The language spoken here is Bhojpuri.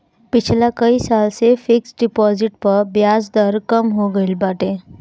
पिछला कई साल से फिक्स डिपाजिट पअ बियाज दर कम हो गईल बाटे